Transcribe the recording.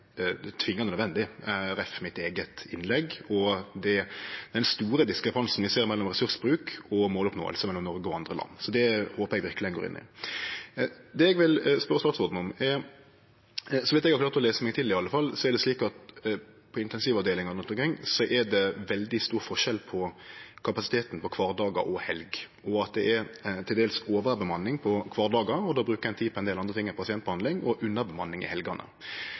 er tvingande nødvendig, jamfør mitt eige innlegg og den store diskrepansen vi ser mellom ressursbruk og måloppnåing mellom Noreg og andre land. Det håpar eg verkeleg at ein går inn i. Så vidt eg har klart å lese meg fram til, iallfall, er det på intensivavdelingane rundt omkring veldig stor forskjell på kapasiteten på kvardagar og i helger, og at det er til dels ei overbemanning på kvardagar – då brukar ein tid på ein del andre ting enn pasientbehandling – og underbemanning i